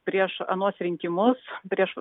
prieš anuos rinkimus prieš